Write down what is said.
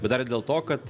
bet dar ir dėl to kad